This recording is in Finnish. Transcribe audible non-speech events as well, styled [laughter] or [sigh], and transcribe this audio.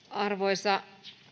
[unintelligible] arvoisa